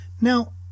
now